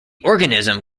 organism